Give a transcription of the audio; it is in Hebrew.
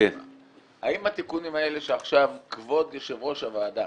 האם התיקונים האלה שעכשיו כבוד יושב ראש הוועדה